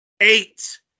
Eight